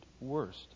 worst